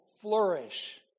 flourish